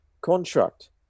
contract